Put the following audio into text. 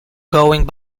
going